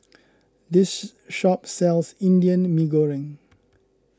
this shop sells Indian Mee Goreng